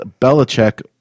Belichick